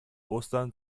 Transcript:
ostern